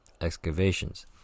excavations